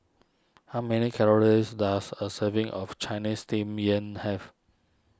how many calories does a serving of Ciinese Steamed Yam have